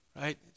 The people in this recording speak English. right